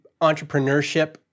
entrepreneurship